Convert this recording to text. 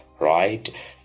right